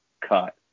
cut